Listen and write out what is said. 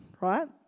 right